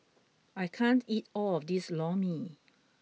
I can't eat all of this Lor Mee